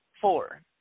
Four